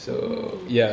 oo